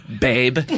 babe